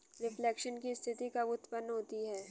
Reflation की स्थिति कब उत्पन्न होती है?